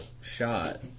shot